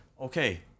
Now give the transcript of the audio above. okay